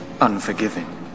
Unforgiving